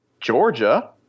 Georgia